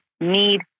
need